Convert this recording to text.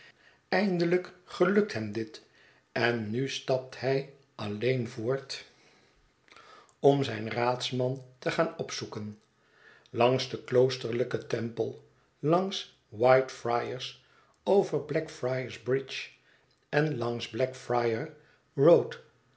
eindelijk gelukt hem dit en nu stapt hij alleen voort om zijn raadsman te gaan opzoeken langs den kloosterlijken temple langs whitefriars over blacfri ars bridge en langs black